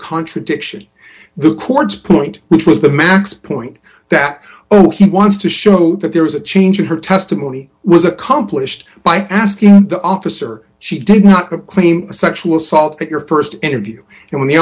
contradiction the court's point which was the max point that he wants to show that there was a change in her testimony was accomplished by asking the officer she did not claim sexual assault at your st interview and when the